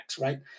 right